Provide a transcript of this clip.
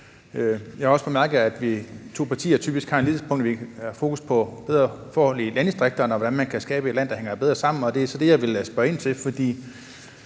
Jeg har også bemærket, at vores to partier typisk har fokus på bedre forhold i landdistrikterne, og hvordan man kan skabe et land, der hænger bedre sammen, og det er så det, jeg vil spørge ind til. Hvis